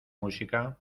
música